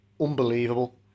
unbelievable